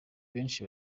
benshi